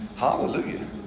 Hallelujah